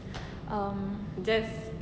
um